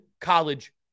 college